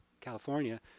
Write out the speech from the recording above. California